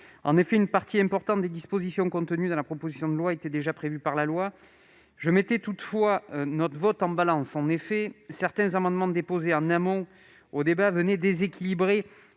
En effet, une partie importante des dispositions contenues dans le texte existent déjà dans la loi. Je mettais toutefois notre vote en balance. En effet, certains amendements déposés en amont du débat déséquilibraient